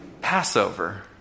Passover